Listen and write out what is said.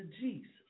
Jesus